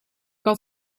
had